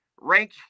rank